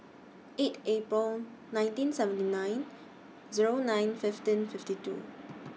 eight April nineteen seventy nine Zero nine fifteen fifty two